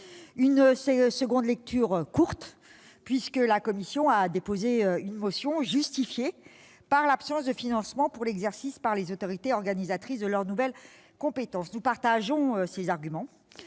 nouvelle lecture sera courte, puisque la commission a déposé une motion, qu'elle justifie par l'absence de financements dédiés à l'exercice par les autorités organisatrices de leurs nouvelles compétences. Nous partageons ces arguments,